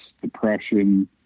depression